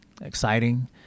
exciting